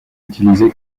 utilisé